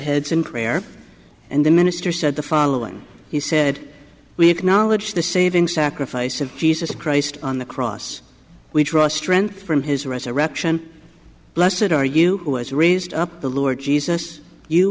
heads in prayer and the minister said the following he said we acknowledge the saving sacrifice of jesus christ on the cross we trust strength from his resurrection blessid are you who has raised up the lord jesus you